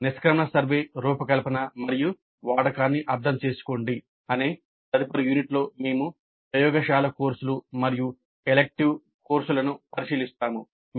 "నిష్క్రమణ సర్వే రూపకల్పన మరియు వాడకాన్ని అర్థం చేసుకోండి" అనే తదుపరి యూనిట్లో మేము ప్రయోగశాల కోర్సులు మరియు ఎలిక్టివ్ కోర్సులను పరిశీలిస్తాము